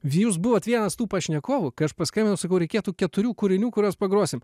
jūs buvot vienas tų pašnekovų kai aš paskambinau sakau reikėtų keturių kūrinių kuriuos pagrosim